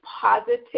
positive